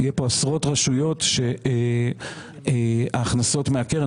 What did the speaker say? יהיו כאן עשרות רשויות שההכנסות מהקרן,